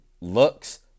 looks